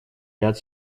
ряд